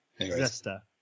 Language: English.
Zesta